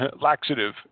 laxative